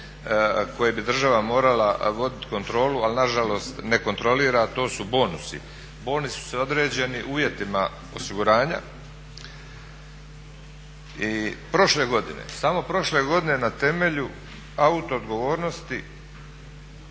koji bi država morala vodit kontrolu ali nažalost ne kontrolira, to su bonusi. Bonusi su određeni uvjetima osiguranja i prošle godine, samo prošle godine na temelju auto odgovornosti